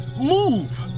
Move